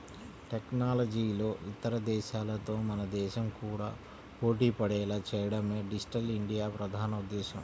టెక్నాలజీలో ఇతర దేశాలతో మన దేశం కూడా పోటీపడేలా చేయడమే డిజిటల్ ఇండియా ప్రధాన ఉద్దేశ్యం